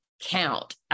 count